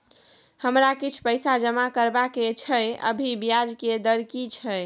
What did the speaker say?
हमरा किछ पैसा जमा करबा के छै, अभी ब्याज के दर की छै?